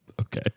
Okay